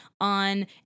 on